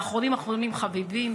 ואחרונים אחרונים חביבים,